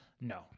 No